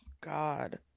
God